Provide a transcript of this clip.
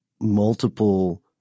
Multiple